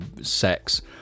sex